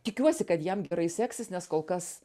tikiuosi kad jam gerai seksis nes kol kas